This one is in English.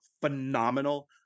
phenomenal